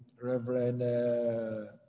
Reverend